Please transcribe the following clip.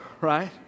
right